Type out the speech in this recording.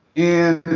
and